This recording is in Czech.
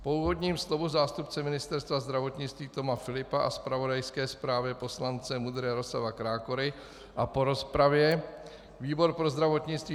Po úvodním slovu zástupce Ministerstva zdravotnictví Toma Filipa a zpravodajské zprávě poslance MUDr. Jaroslava Krákory a po rozpravě výbor pro zdravotnictví